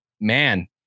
man